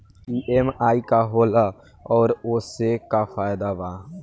EMI का होला और ओसे का फायदा बा?